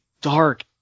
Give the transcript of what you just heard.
dark